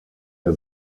der